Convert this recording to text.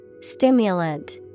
Stimulant